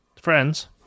friends